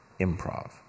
improv